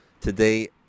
today